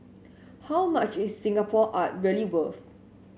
how much is Singapore art really worth